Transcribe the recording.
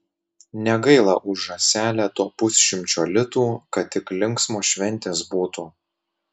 negaila už žąselę to pusšimčio litų kad tik linksmos šventės būtų